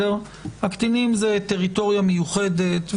הקטינים הם טריטוריה מיוחדת.